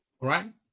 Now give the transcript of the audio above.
Right